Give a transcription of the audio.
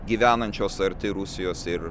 gyvenančios arti rusijos ir